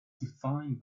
defined